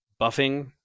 buffing